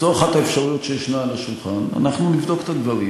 אאפשר לחברת הכנסת אלהרר שאלה אחת לפני שאדוני יורד.